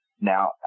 Now